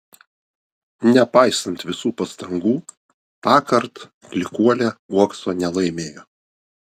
nepaisant visų pastangų tąkart klykuolė uokso nelaimėjo